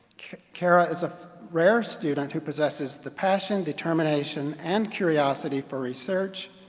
kara is a rare student who possesses the passion, determination, and curiosity for research,